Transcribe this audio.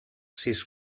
sis